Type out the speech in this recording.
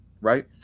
right